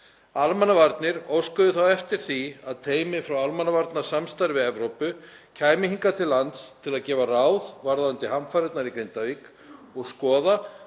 Almannavarnir óskuðu eftir því að teymi frá almannavarnasamstarfi Evrópu kæmi hingað til lands til að gefa ráð varðandi hamfarirnar í Grindavík og skoða